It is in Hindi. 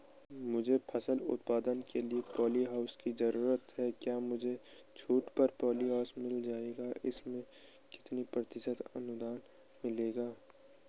मुझे फसल उत्पादन के लिए प ॉलीहाउस की जरूरत है क्या मुझे छूट पर पॉलीहाउस मिल जाएगा इसमें कितने प्रतिशत अनुदान मिलेगा?